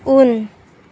उन